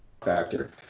factor